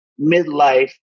midlife